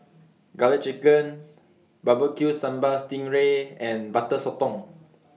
Garlic Chicken Bbq Sambal Sting Ray and Butter Sotong